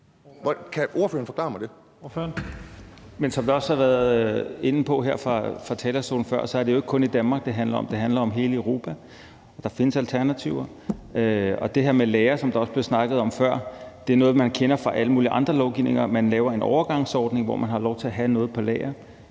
Men som der også er nogle, der har været inde på her fra talerstolen før, er det jo ikke kun Danmark, det handler om. Det handler om hele Europa. Der findes alternativer. Det her med lagre, som der også blev snakket om før, kender man fra al mulig anden lovgivning. Man laver en overgangsordning, hvor man har lov til at have noget på lager,